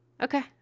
Okay